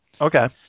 okay